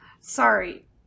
Sorry